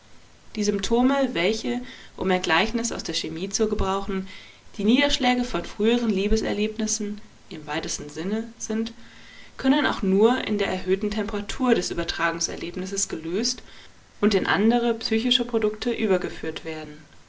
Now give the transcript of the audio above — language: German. die symptome welche um ein gleichnis aus der chemie zu gebrauchen die niederschläge von früheren liebeserlebnissen im weitesten sinne sind können auch nur in der erhöhten temperatur des übertragungserlebnisses gelöst und in andere psychische produkte übergeführt werden